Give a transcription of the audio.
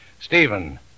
Stephen